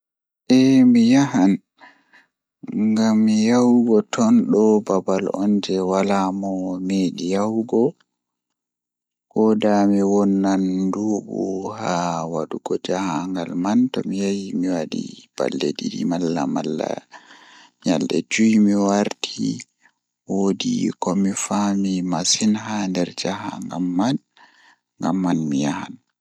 So mi heɓii waɗde Mars ngam fewre jiɗɗo, kono laawol njilli ɗum waɗi hoore saari, miɗo jaɓɓi ko mi waɗii. Mars ko ngo woni jeɗɗi e no waawi waɗde ngal, kono ngal waɗa ka laawol ɗum. Ko heɓugol ngal waɗa ngal fota ngal njogorti ngal ɗi. Kono ngal waɗa ngal jeyaa ngal waɗi ngal ngal ngal ngal ngal waɗii.